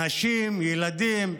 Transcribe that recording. נשים, ילדים,